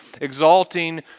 exalting